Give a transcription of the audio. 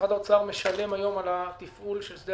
משרד האוצר משלם היום על התפעול של שדה